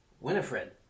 Winifred